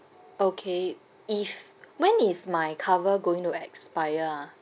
okay if when is my cover going to expire ah